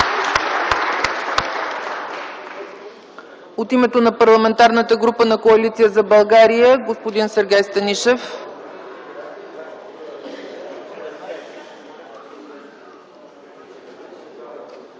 От името на Парламентарната група на Коалиция за България – господин Сергей Станишев.